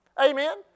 Amen